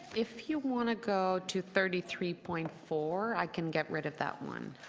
if you want to go to thirty three point four i can get rid of that one.